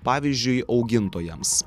pavyzdžiui augintojams